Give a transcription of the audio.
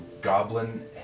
goblin